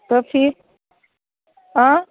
तो फिर आँ